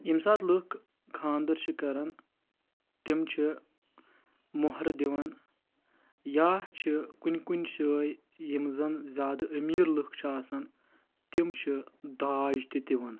ییٚمہِ ساتہٕ لُکھ خانٛدَر چھِ کَران تِم چھِ مۄہرٕ دِوان یا چھِ کُنہِ کُنہِ جٲے یِم زَن زیادٕ أمیٖر لُکھ چھِ آسان تِم چھِ داج تہِ دِوان